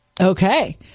Okay